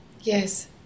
Yes